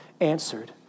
answered